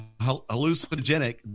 hallucinogenic